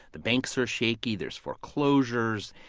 the banks are shaky, there's foreclosures.